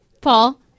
Paul